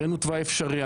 הראנו תוואי אפשרי.